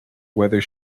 whether